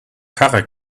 karre